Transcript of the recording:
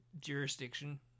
jurisdiction